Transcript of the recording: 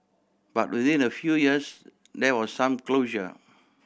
but within a few years there was some closure